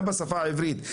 גם בשפה העברית.